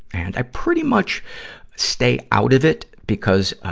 and, i pretty much stay out of it because,